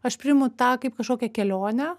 aš priimu tą kaip kažkokią kelionę